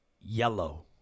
Yellow